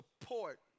support